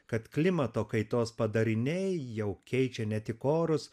kad klimato kaitos padariniai jau keičia ne tik orus